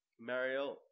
Mario